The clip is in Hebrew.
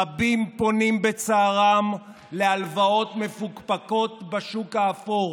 רבים פונים בצערם להלוואות מפוקפקות בשוק האפור